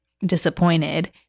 disappointed